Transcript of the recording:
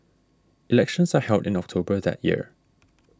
elections are held in October that year